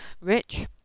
Rich